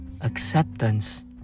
acceptance